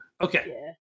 Okay